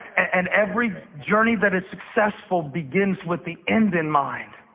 and every journey that is successful begins with the end in mind.